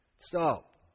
stop